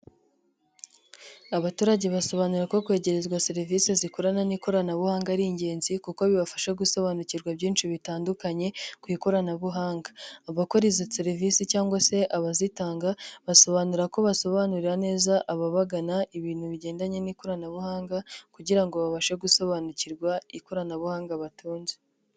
Abaturage basobanura ko kwegerezwa serivisi zikorana n'ikoranabuhanga ari ingenzi, kuko bibafasha gusobanukirwa byinshi bitandukanye ku ikoranabuhanga. Abakora izi serivisi cyangwa se abazitanga basobanura ko basobanurira neza ababagana ibintu bigendanye n'ikoranabuhanga, kugira ngo babashe gusobanukirwa ikoranabuhanga batunze.